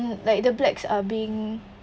mm like the blacks are being